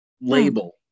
label